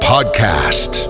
podcast